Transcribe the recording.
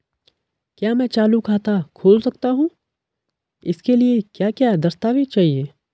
क्या मैं चालू खाता खोल सकता हूँ इसके लिए क्या क्या दस्तावेज़ चाहिए?